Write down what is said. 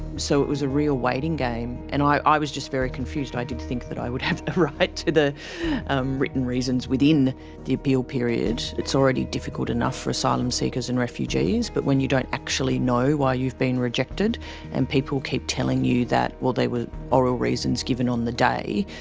so it was a real waiting game and i i was just very confused. i did think that i would have a right to the written reasons within the appeal period. it's already difficult enough for asylum seekers and refugees but when you don't actually know why you've been rejected and people keep telling you that well, there were oral reasons given on the day,